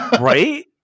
Right